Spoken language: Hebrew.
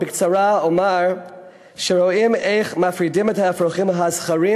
בקצרה אומר שרואים איך מפרידים את האפרוחים הזכרים